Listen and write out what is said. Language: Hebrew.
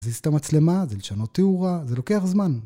להזיז את המצלמה, זה לשנות תיאורה, זה לוקח זמן.